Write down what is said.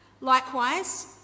Likewise